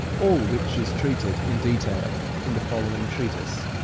all which is treated in detail in the following treatise,